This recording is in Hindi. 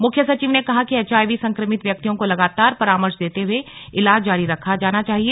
मुख्य सचिव ने कहा कि एचआईवी संक्रमित व्यक्तियों को लगातार परामर्श देते हुए ईलाज जारी रखा जाना चाहिए